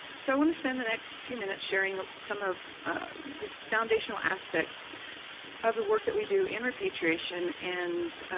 so i wanna spend the next few minutes sharing some of these foundational aspects of the work that we do in repatriation and,